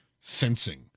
fencing